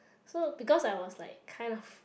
so because I was like kind of